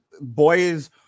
boys